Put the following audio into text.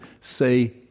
say